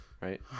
Right